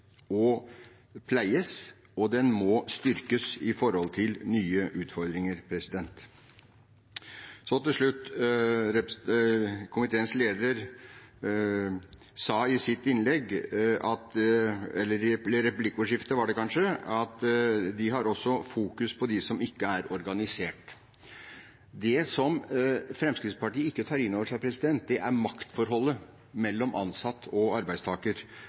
og pleies, og den må styrkes i møte med nye utfordringer. Til slutt: Komiteens leder sa i sitt innlegg – eller det var kanskje i replikkordskiftet – at de også fokuserer på dem som ikke er organisert. Det som Fremskrittspartiet ikke tar inn over seg, er maktforholdet mellom ansatt og